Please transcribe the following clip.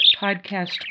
podcast